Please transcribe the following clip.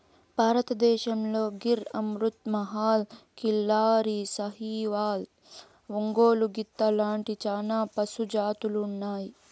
భారతదేశంలో గిర్, అమృత్ మహల్, కిల్లారి, సాహివాల్, ఒంగోలు గిత్త లాంటి చానా పశు జాతులు ఉన్నాయి